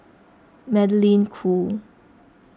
Magdalene Khoo